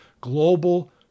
global